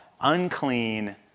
unclean